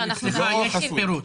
זה לא חסוי.